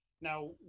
Now